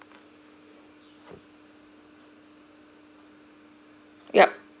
yup